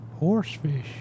horsefish